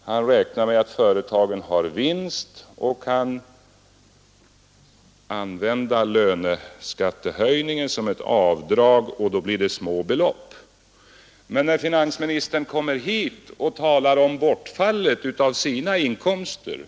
Han räknar alltså med att företagen redovisar vinst och kan utnyttja löneskattehöjningen som ett avdrag, varför det blir fråga om små belopp. Men när finansministern kommer hit och talar om bortfallet av statsinkomster